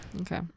Okay